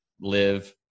live